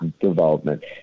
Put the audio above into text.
development